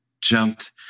jumped